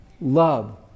love